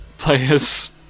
players